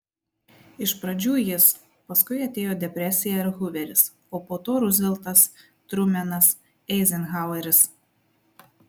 iš pradžių jis paskui atėjo depresija ir huveris o po jo ruzveltas trumenas eizenhaueris